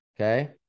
okay